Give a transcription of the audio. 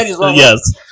Yes